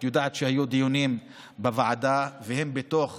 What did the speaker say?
את יודעת שהיו דיונים בוועדה והם בתוך